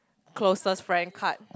closest friend card